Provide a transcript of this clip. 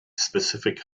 specific